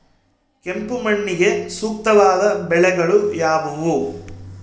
ಕೆಂಪು ಮಣ್ಣಿಗೆ ಸೂಕ್ತವಾದ ಬೆಳೆಗಳು ಯಾವುವು?